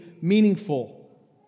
meaningful